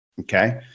Okay